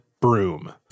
broom